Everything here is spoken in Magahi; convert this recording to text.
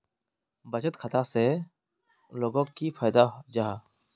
बचत खाता से लोगोक की फायदा जाहा?